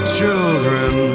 children